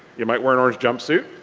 you might wear an orange jump suit.